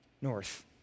north